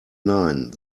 nine